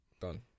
Done